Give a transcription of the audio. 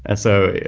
and so,